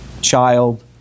child